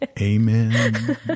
Amen